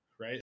right